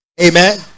amen